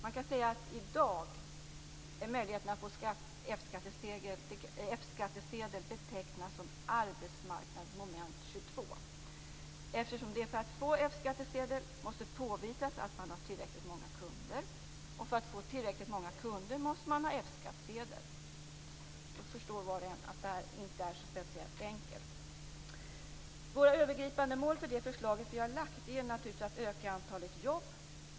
Man kan säga att i dag betecknas möjligheten att få F skattsedel som arbetsmarknadens moment 22, eftersom det för att få en F-skattsedel måste påvisas att man har tillräckligt många kunder och för att få tillräckligt många kunder måste man ha F-skattsedel. Var och en förstår att det här inte är speciellt enkelt. Våra övergripande mål för det förslag vi har lagt fram är naturligtvis att öka antalet jobb.